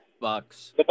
Bucks